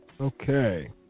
Okay